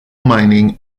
mining